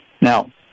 Now